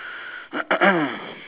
orchard skate park right